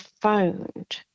phoned